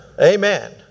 Amen